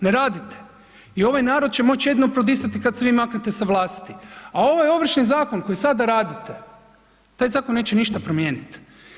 Ne radite i ovaj narod će moći jedino prodisati kada se vi maknete sa vlasti, a ovaj Ovršni zakon koji sada radite taj zakon neće ništa promijeniti.